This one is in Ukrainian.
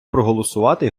проголосувати